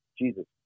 Jesus